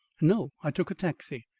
no, i took a taxi.